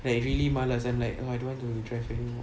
like really malas I'm like err I really don't want to drive anymore